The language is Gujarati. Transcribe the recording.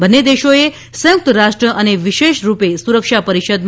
બંને દેશોએ સંયુકત રાષ્ટ્ર અને વિશેષ રૂપે સુરક્ષા પરીષદમાં તા